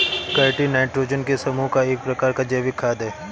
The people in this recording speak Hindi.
काईटिन नाइट्रोजन के समूह का एक प्रकार का जैविक खाद है